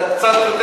קצת יותר,